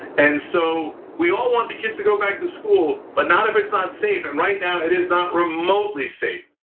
and so we all want the kids to go back to school, but not if it's not ah and safe. and right now it is not remotely safe.